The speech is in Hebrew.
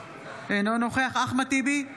אינו נוכח אחמד טיבי,